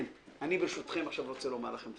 אני ברשותכם רוצה לומר לכם.